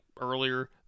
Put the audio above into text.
earlier